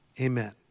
amen